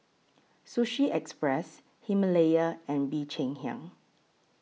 Sushi Express Himalaya and Bee Cheng Hiang